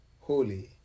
Holy